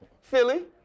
Philly